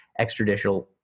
extraditional